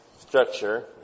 structure